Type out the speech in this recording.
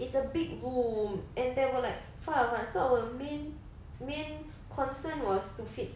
it's a big room and there were like five of us so our main main concern was to fit